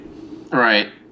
Right